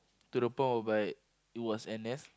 to the point whereby it was N_S